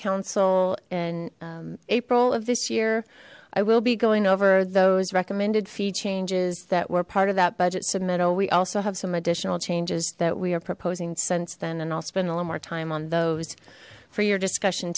in april of this year i will be going over those recommended feed changes that were part of that budget submitted we also have some additional changes that we are proposing since then and i'll spend a little more time on those for your discussion